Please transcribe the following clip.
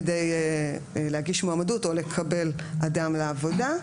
כדי להגיש מועמדות או לקבל אדם לעבודה.